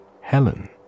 Helen